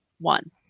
one